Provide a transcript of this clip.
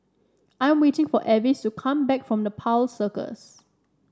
I am waiting for Avis to come back from the Nepal Circus